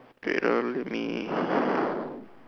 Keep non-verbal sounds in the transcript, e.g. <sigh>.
okay let me <breath>